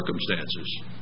circumstances